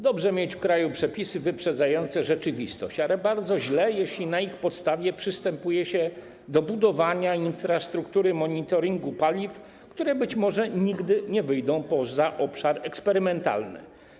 Dobrze mieć w kraju przepisy wyprzedzające rzeczywistość, ale bardzo źle, jeśli na ich podstawie przystępuje się do budowania infrastruktury monitoringu paliw, które być może nigdy nie wyjdą poza obszar eksperymentalny.